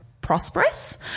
prosperous